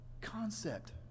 concept